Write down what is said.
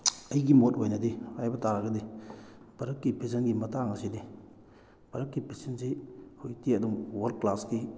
ꯑꯩꯒꯤ ꯃꯣꯠ ꯑꯣꯏꯅꯗꯤ ꯍꯥꯏꯕ ꯇꯥꯔꯒꯗꯤ ꯚꯥꯔꯠꯀꯤ ꯐꯦꯁꯟꯒꯤ ꯃꯇꯥꯡ ꯑꯁꯤꯗꯤ ꯚꯥꯔꯠꯀꯤ ꯐꯦꯁꯟꯁꯤ ꯍꯧꯖꯤꯛꯇꯤ ꯑꯗꯨꯝ ꯋꯥꯔꯜ ꯀ꯭ꯂꯥꯁꯀꯤ